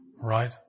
right